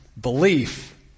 belief